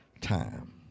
time